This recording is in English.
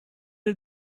did